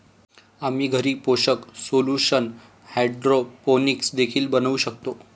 आम्ही घरी पोषक सोल्यूशन हायड्रोपोनिक्स देखील बनवू शकतो